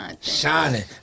Shining